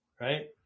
right